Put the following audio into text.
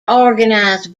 organized